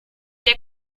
der